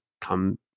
come